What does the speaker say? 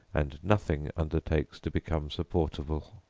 and nothing undertakes to become supportable.